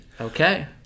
Okay